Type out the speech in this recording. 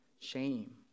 shame